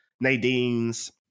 nadine's